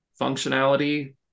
functionality